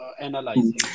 analyzing